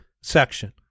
section